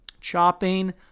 Chopping